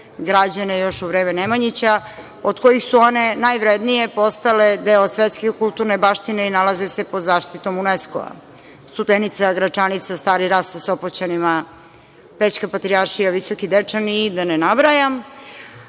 građene još u vreme Nemanjića od kojih su one najvrednije postale deo svetske kulturne baštine i nalaze se pod zaštitom Uneska, Studenica, Gračanica, Stari Ras sa Sopoćanima, Pećka patrijaršija, Visoki Dečani i da ne nabrajam. Važno